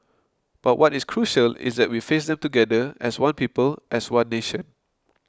but what is crucial is that we face them together as one people as one nation